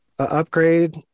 Upgrade